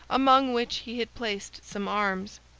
among which he had placed some arms.